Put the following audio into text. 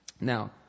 Now